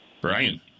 Brian